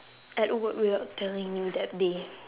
at work without telling me that day